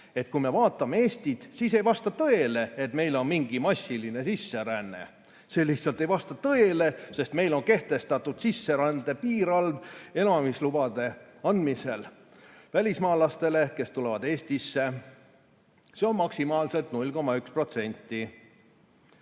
et kui me vaatame Eestit, siis ei vasta tõele, et meil on mingi massiline sisseränne. See lihtsalt ei vasta tõele, sest meil on kehtestatud sisserände piirarv elamislubade andmisel välismaalastele, kes tulevad Eestisse. See on maksimaalselt 0,1%